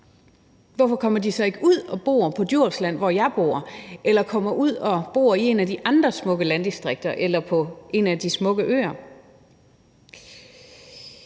Hvorfor kommer de så ikke ud og bor på Djursland, hvor jeg bor, eller kommer ud og bor i et af de andre smukke landdistrikter eller på en af de smukke øer?